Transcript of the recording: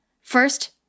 first